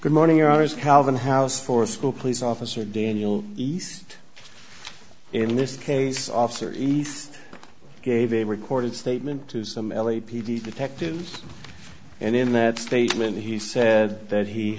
good morning your honor is calvin house for school police officer daniel east in this case officer east gave a recorded statement to some l a p d detective and in that statement he said that he